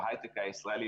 בהיי-טק הישראלי,